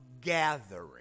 gathering